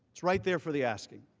is right there for the asking.